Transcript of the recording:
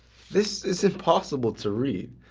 this is impossible to read.